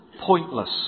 pointless